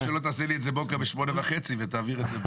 רק שלא תעשה לי את זה בוקר ב-8:30 ותעביר את זה.